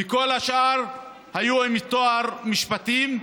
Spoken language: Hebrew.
וכל השאר היו עם תואר במשפטים.